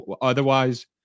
otherwise